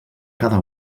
cada